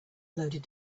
loaded